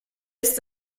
ist